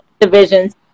Divisions